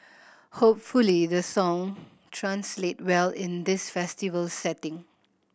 hopefully the song translate well in this festival setting